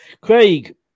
Craig